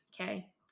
Okay